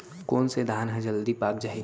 कोन से धान ह जलदी पाक जाही?